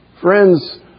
Friends